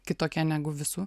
kitokie negu visų